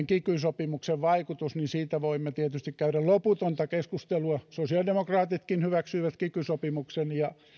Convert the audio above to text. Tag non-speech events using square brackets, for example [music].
[unintelligible] kiky sopimuksen vaikutus niin siitä voimme tietysti käydä loputonta keskustelua sosiaalidemokraatitkin hyväksyivät kiky sopimuksen ja